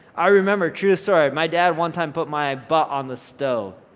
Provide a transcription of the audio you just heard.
i remember, true story, my dad one time put my butt on the stove.